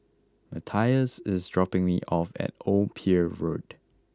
Matthias is dropping me off at Old Pier Road